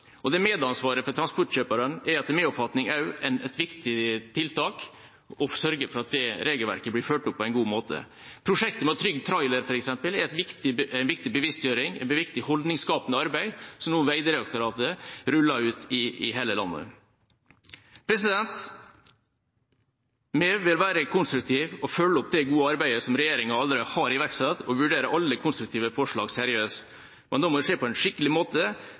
Medansvaret for transportkjøperne er etter min oppfatning også et viktig tiltak for å sørge for at regelverket blir fulgt opp på en god måte. Prosjekt Trygg Trailer, f.eks., er en viktig bevisstgjøring, et viktig holdningsskapende arbeid, som Vegdirektoratet nå ruller ut i hele landet. Vi vil være konstruktive og følge opp det gode arbeidet som regjeringa allerede har iverksatt, og vurdere alle konstruktive forslag seriøst. Men da må det skje på en skikkelig måte,